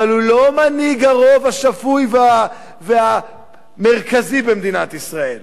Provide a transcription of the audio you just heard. אבל הוא לא מנהיג הרוב השפוי והמרכזי במדינת ישראל.